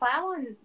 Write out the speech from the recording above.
plowing